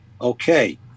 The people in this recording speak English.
Okay